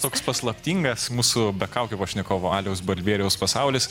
toks paslaptingas mūsų be kaukių pašnekovo aliaus balbieriaus pasaulis